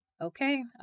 Okay